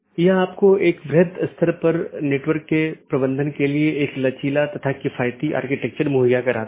यह पूरे मेश की आवश्यकता को हटा देता है और प्रबंधन क्षमता को कम कर देता है